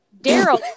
Daryl